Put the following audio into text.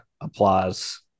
applause